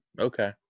Okay